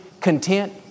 content